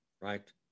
right